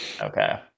Okay